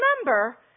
remember